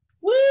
Woo